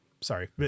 sorry